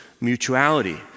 mutuality